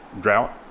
drought